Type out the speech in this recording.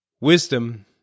wisdom